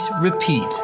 Repeat